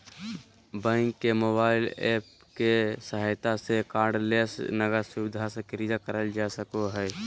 bank के mobile app के सहायता से कार्डलेस नकद सुविधा सक्रिय करल जा सको हय